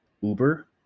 uber